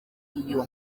iyo